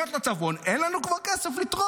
מיגוניות לצפון, כבר אין לנו כסף לתרום.